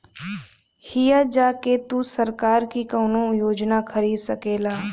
हिया जा के तू सरकार की कउनो योजना खरीद सकेला